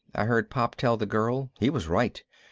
i heard pop tell the girl. he was right.